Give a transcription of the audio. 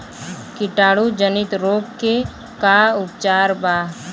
कीटाणु जनित रोग के का उपचार बा?